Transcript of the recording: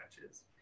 matches